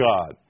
God